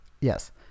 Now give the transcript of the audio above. yes